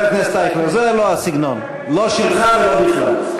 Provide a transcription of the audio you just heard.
חבר הכנסת אייכלר, זה לא הסגנון, לא שלך ולא בכלל.